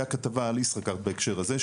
הייתה כתבה על ישראכרט בהקשר הזה,